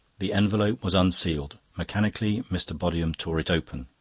the envelope was unsealed. mechanically mr. bodiham tore it open.